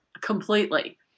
completely